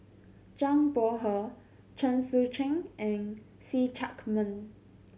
Zhang Bohe Chen Sucheng and See Chak Mun